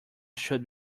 should